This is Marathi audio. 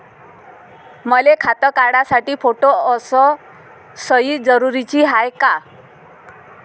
मले खातं काढासाठी फोटो अस सयी जरुरीची हाय का?